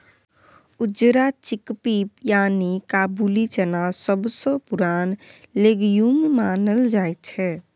उजरा चिकपी यानी काबुली चना सबसँ पुरान लेग्युम मानल जाइ छै